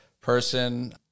person